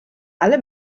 alle